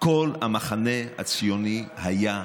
כל המחנה הציוני היה בחוץ,